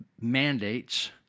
mandates